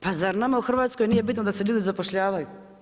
Pa zar nama u Hrvatskoj nije bitno da se ljudi zapošljavaju?